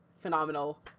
phenomenal